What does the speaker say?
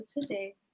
today